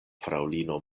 fraŭlino